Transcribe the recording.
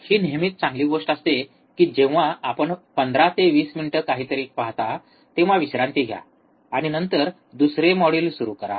हि नेहमीच चांगली गोष्ट असते की जेंव्हा आपण 15 ते 20 मिनिटे काहीतरी पाहता तेंव्हा विश्रांती घ्या आणि नंतर दुसरे मॉड्यूल सुरू करा